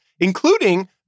including